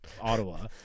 Ottawa